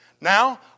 Now